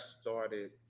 started